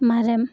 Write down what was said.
மரம்